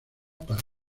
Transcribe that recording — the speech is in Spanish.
para